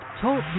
Talk